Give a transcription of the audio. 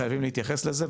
חייבים להתייחס לזה,